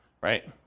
right